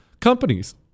companies